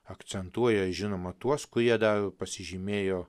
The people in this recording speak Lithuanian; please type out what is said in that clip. akcentuoja žinoma tuos kurie dar pasižymėjo